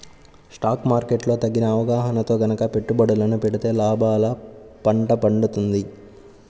stock market లో తగిన అవగాహనతో గనక పెట్టుబడులను పెడితే లాభాల పండ పండుతుంది